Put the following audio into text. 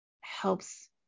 helps